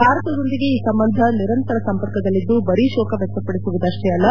ಭಾರತದೊಂದಿಗೆ ಈ ಸಂಬಂಧ ನಿರಂತರ ಸಂಪರ್ಕದಲ್ಲಿದ್ದು ಬರೀ ಶೋಕ ವ್ಯಕ್ತಪಡಿಸುವುದಷ್ಟೇ ಅಲ್ಲ